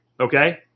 Okay